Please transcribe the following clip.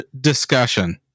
discussion